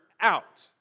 out